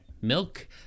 milk